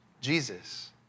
Jesus